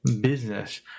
business